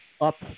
up